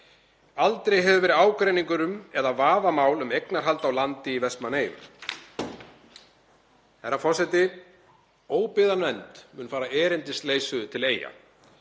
Aldrei hefur verið ágreiningur eða vafamál um eignarhald á landi í Vestmannaeyjum. Herra forseti. Óbyggðanefnd mun fara erindisleysu til Eyja,